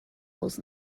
holes